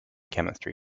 chemistry